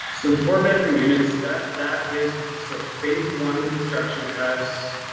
so the four bedroom units that that is so phase, one construction has